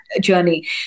journey